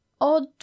odd